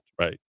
right